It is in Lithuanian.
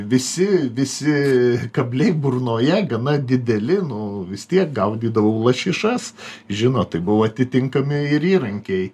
visi visi kabliai burnoje gana dideli nu vis tiek gaudydavau lašišas žinot tai buvo atitinkami ir įrankiai